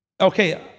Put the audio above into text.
okay